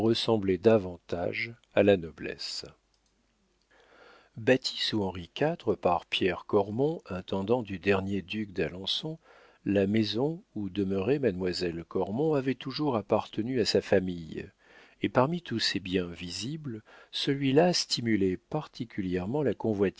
ressemblait davantage à la noblesse bâtie sous henri iv par pierre cormon intendant du dernier duc d'alençon la maison où demeurait mademoiselle cormon avait toujours appartenu à sa famille et parmi tous ses biens visibles celui-là stimulait particulièrement la